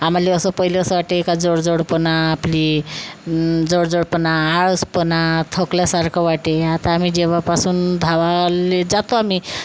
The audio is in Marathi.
आम्हाला असं पहिले असं वाटे का जोडजोडपणा आपली जडजडपणा आळसपणा थकल्यासारखं वाटे आता आम्ही जेव्हापासून धावायला जातो आम्ही